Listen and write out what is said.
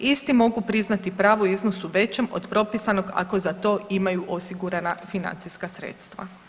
Isti mogu priznati pravo u iznosu većem od propisanog ako za to imaju osigurana financijska sredstva.